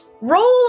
roll